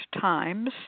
times